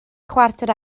chwarter